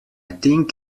think